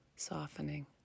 softening